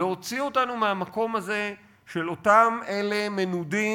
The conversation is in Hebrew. להוציא אותנו מהמקום הזה של אותם אלה מנודים,